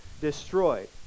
destroyed